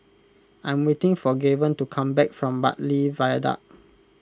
I am waiting for Gaven to come back from Bartley Viaduct